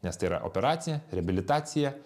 nes tai yra operacija reabilitacija